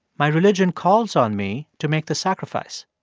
my religion calls on me to make the sacrifice.